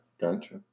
gotcha